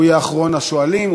הוא יהיה אחרון השואלים,